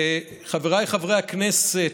חבריי חברי הכנסת,